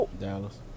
Dallas